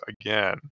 again